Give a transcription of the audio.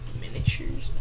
Miniatures